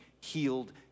healed